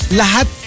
lahat